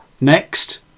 Next